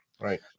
Right